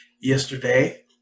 yesterday